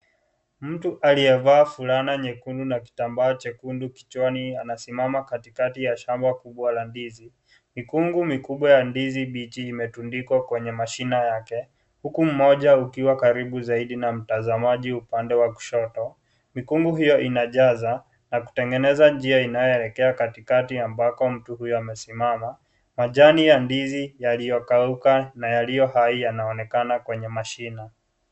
Mtu aliyevaa fulana nyekundu na kitambaa chekundu kichwani anasimama katikati ya shamba kubwa la ndizi. Mikungu mikubwa ya ndizi mbichi imetundikwa kwenye mashina yake huku mmoja ukiwa karibu sana na mtazamaji upande wa kushoto , mikungu hio inajaza na kutengeneza njia inayoelekea katikati kwenye mtu huyu amesimama. Majani ya ndizi yaliyokauka na yaliyo hai yanaonekana kwenye mashine.